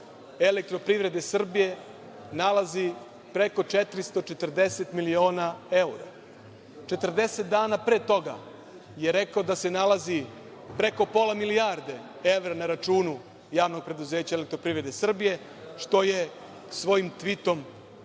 „Elektroprivrede Srbije“ nalazi preko 440 miliona evra. Četrdeset dana pre toga je rekao da se nalazi preko pola milijarde evra na računu Javnog preduzeća „Elektroprivreda Srbije“, što je svojim tvitom